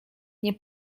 nie